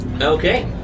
Okay